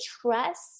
trust